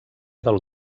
del